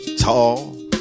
Tall